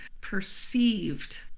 perceived